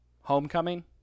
homecoming